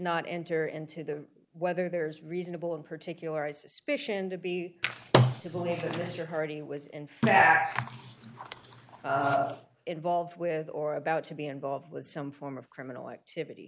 not enter into the whether there is reasonable and particular i suspicioned to be to believe that mr hardy was in fact involved with or about to be involved with some form of criminal activity